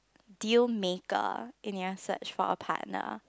deal maker ah in your search for a partner